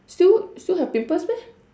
still still have pimples meh